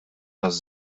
taż